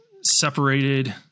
separated